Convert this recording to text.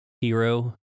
hero